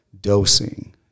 dosing